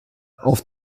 auf